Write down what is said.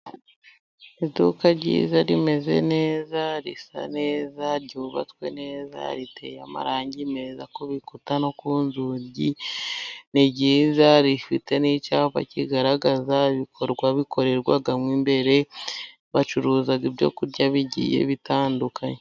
Iduka ryiza, rimeze neza, risa neza, ryubatswe neza, riteye amarangi meza ku bikuta no ku nzugi, ni ryiza, rifite n'icyapa kigaragaza ibikorwa bikorerwamo imbere; bacuruza ibyo kurya bigiye bitandukanye.